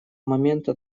момента